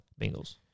Bengals